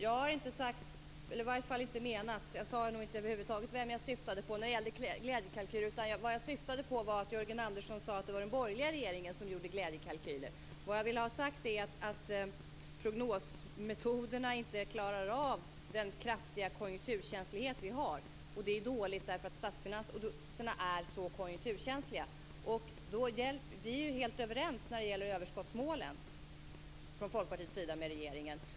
Fru talman! Jag sade nog inte över huvud taget vem jag syftade på när jag talade om glädjekalkyler. Vad jag syftade på var att Jörgen Andersson sade att den borgerliga regeringen gjorde glädjekalkyler. Vad jag ville ha sagt var att prognosmetoderna inte klarar av den kraftiga konjunkturkänslighet vi har. Det är dåligt, eftersom statsfinanserna är så konjunkturkänsliga. Vi från Folkpartiets sida är helt överens med regeringen när det gäller överskottsmålen.